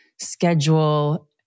schedule